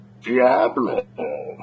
Diablo